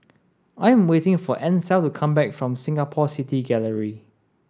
I am waiting for Ansel to come back from Singapore City Gallery